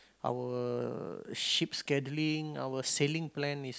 our ship scheduling our sailing plan is